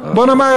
בוא נאמר,